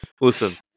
Listen